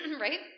Right